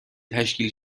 تشکیل